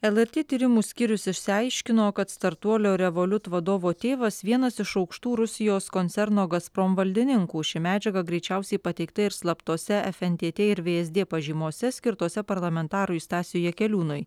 lrt tyrimų skyrius išsiaiškino kad startuolio revoliut vadovo tėvas vienas iš aukštų rusijos koncerno gazprom valdininkų ši medžiaga greičiausiai pateikta ir slaptose fntt ir vsd pažymose skirtose parlamentarui stasiui jakeliūnui